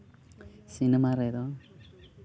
cinema ᱨᱮᱫᱚ